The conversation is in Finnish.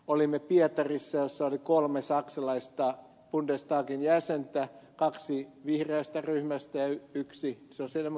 olimme pietarissa jossa oli kolme saksalaista bundestagin jäsentä kaksi vihreästä ryhmästä ja yksi sosialidemokraateista